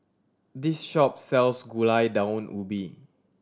this shop sells Gulai Daun Ubi